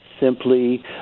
simply